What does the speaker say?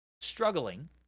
struggling